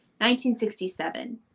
1967